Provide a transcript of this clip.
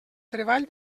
treball